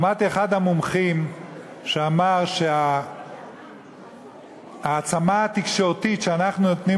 שמעתי את אחד המומחים שאמר שההעצמה התקשורתית שאנחנו נותנים